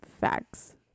Facts